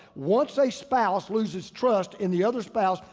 once a spouse loses trust in the other spouse,